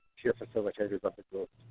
peer facilitators of the group.